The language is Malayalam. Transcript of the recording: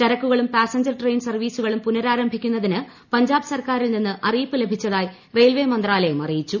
ചരക്കുകളും പാസഞ്ചർ ട്രെയിൻ സർവീസുകളും പുനരാരംഭിക്കുന്നതിന് പഞ്ചാബ് സർക്കാരിൽ നിന്ന് അറിയിപ്പ് ലഭിച്ചതായി റെയിൽവേ മന്ത്രാലയം അറിയിച്ചു